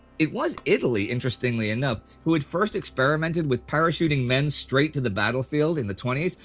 it was italy, interestingly enough, who had first experimented with parachuting men straight to the battlefield in the twenty s,